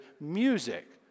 music